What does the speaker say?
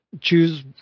choose